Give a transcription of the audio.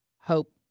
hope